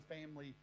Family